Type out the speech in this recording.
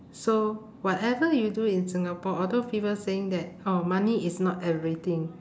so whatever you do in singapore although people saying that oh money is not everything